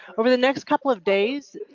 over the next couple of days.